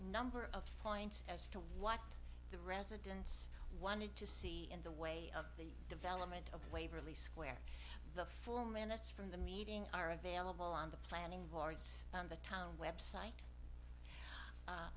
number of points as to what the residents wanted to see in the way of the development of waverly square the four minutes from the meeting are available on the planning boards on the town website